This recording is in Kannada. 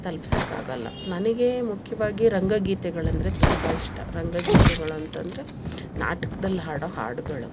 ತಲ್ಪ್ಸಕ್ಕಾಗಲ್ಲ ನನಗೆ ಮುಖ್ಯವಾಗಿ ರಂಗ ಗೀತೆಗಳಂದರೆ ತುಂಬಾ ಇಷ್ಟ ರಂಗ ಗೀತೆಗಳಂತಂದರೆ ನಾಟಕ್ದಲ್ಲಿ ಹಾಡೊ ಹಾಡುಗಳು